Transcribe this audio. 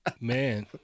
Man